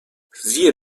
siehe